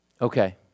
Okay